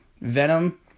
Venom